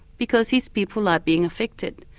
because his people are being affected.